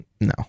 No